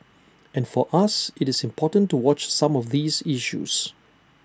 and for us IT is important to watch some of these issues